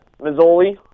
Mazzoli